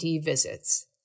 visits